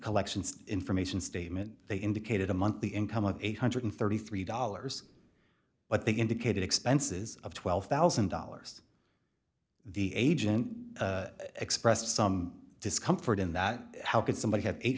collections information statement they indicated a monthly income of eight hundred and thirty three dollars but they indicated expenses of twelve thousand dollars the agent expressed some discomfort in that how could somebody have eight